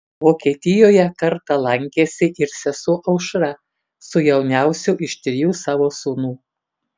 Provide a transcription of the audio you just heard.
vokietijoje kartą lankėsi ir sesuo aušra su jauniausiu iš trijų savo sūnų